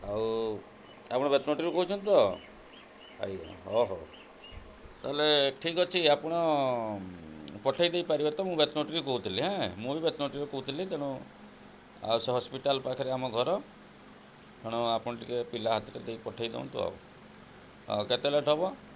ଆଉ ଆପଣ ବେତନଟିରୁ କହୁଛନ୍ତି ତ ଆଜ୍ଞା ହଉ ହଉ ତାହେଲେ ଠିକ୍ ଅଛି ଆପଣ ପଠେଇ ଦେଇପାରିବେ ତ ମୁଁ ବେତନଟିକୁ କହୁଥିଲି ହଁ ମୁଁ ବି ବେତନଟିରୁ କହୁଥିଲି ତେଣୁ ଆଉ ସେ ହସ୍ପିଟାଲ୍ ପାଖରେ ଆମ ଘର ତେଣୁ ଆପଣ ଟିକେ ପିଲା ହାତରେ ଦେଇ ପଠେଇ ଦିଅନ୍ତୁ ଆଉ ହଁ କେତେ ଲେଟ୍ ହେବ